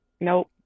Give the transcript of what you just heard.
Nope